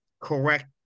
correct